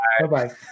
Bye-bye